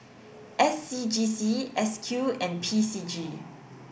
S C G C S Q and P C G